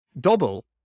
double